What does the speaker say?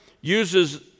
uses